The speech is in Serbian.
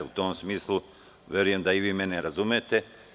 U tom smislu verujem da i vi mene razumete.